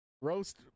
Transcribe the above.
Roast